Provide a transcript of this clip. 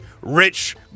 rich